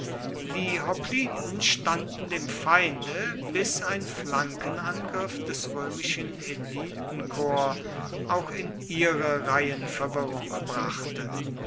die hopliten standen dem feinde bis ein flankenangriff des römischen elitenkorps auch in ihre reihen verwirrung brachte